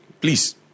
please